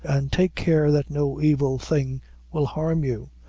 take care that no evil thing will harm you.